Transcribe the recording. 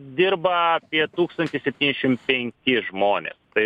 dirba apie tūkstantis septyniasdešimt penki žmonės tai